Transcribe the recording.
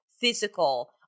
physical